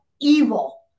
evil